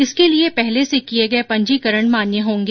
इसके लिए पहले से किये गये पंजीकरेण मान्य होंगे